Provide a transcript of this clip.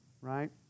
right